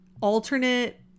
alternate